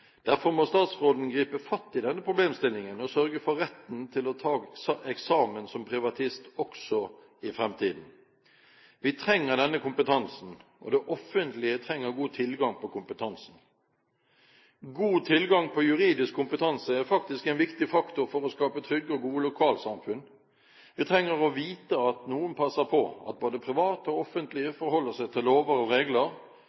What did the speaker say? Derfor må statsråden gripe fatt i denne problemstillingen og sørge for retten til å ta eksamen som privatist også i framtiden. Vi trenger denne kompetansen, og det offentlige trenger god tilgang på kompetansen. God tilgang på juridisk kompetanse er faktisk en viktig faktor for å skape trygge og gode lokalsamfunn. Vi trenger å vite at noen passer på at både private og